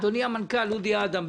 אדוני המנכ"ל אודי אדם,